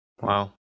Wow